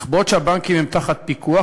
אך בעוד שהבנקים הם תחת פיקוח,